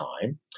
time